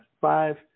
five –